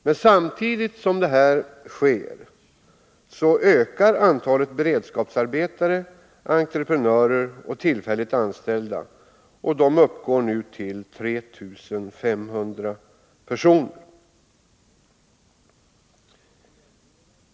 Men samtidigt ökar antalet beredskapsarbetare, entreprenörer och tillfälligt anställda, och de uppgår nu till 3 500 personer.